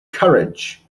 courage